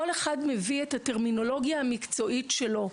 כל אחד מביא את הטרמינולוגיה המקצועית שלו.